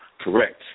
correct